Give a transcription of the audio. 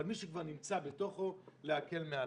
אבל מי שכבר נמצא בתוכו להקל עליו.